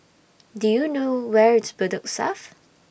Do YOU know Where IS Bedok South